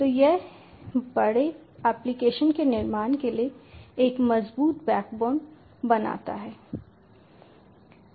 तो यह बड़े एप्लीकेशन के निर्माण के लिए एक मजबूत बैकबोन बनाता है